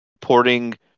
porting